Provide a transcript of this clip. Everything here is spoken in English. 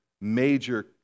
major